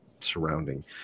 surrounding